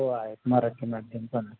हो आहेत मराठी माध्यम पण